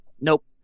Nope